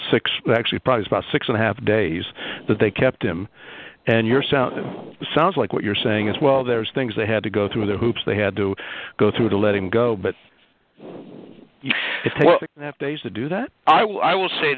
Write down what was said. six actually probably about six and a half days that they kept him and you're sound it sounds like what you're saying is well there's things they had to go through the hoops they had to go through to let him go but that base to do that i will i will say